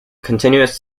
continuous